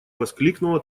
воскликнула